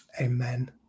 amen